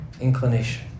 inclination